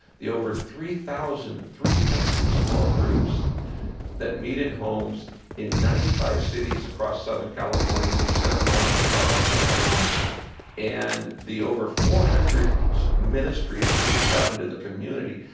the over three thousand three hundred small groups that meet in homes in ninety five cities across southern california from santa monica to carlsbad right and the over four hundred ministries reach out into the community.